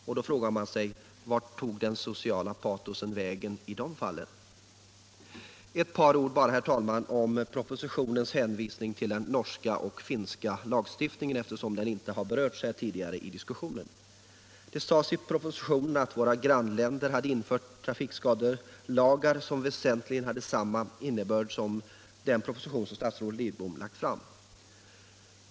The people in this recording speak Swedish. Man frågar sig: Vart tog statsrådets sociala patos vägen i det senare fallet? Bara ett par ord om propositionens hänvisning till den norska och finska lagstiftningen, eftersom den inte berörts här tidigare i diskussionen. Det sägs i propositionen att våra grannländer infört trafikskadelagar av väsentligen samma innebörd som de lagförslag statsrådet Lidbom lagt fram.